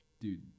Dude